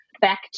back